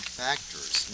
factors